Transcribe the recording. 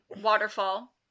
waterfall